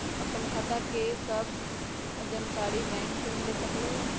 आपन खाता के सब जानकारी बैंक से ले सकेलु?